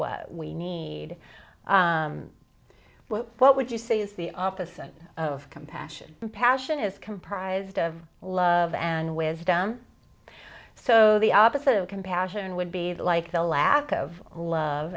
what we need what would you say is the opposite of compassion passion is comprised of love and wisdom so the opposite of compassion would be like the lack of love